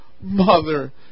mother